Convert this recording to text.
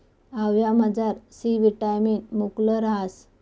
आवयामझार C vitamin मुकलं रहास